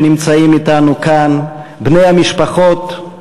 שנמצאים אתנו כאן, בני המשפחות,